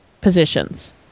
positions